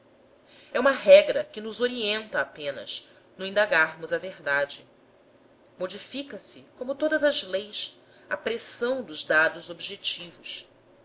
é uma regra que nos orienta apenas no indagarmos a verdade modifica se como todas as leis à pressão dos dados objetivos